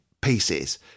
pieces